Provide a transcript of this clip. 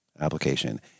application